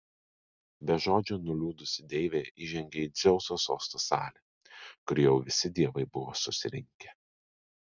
be žodžio nuliūdusi deivė įžengė į dzeuso sosto salę kur jau visi dievai buvo susirinkę